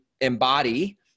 embody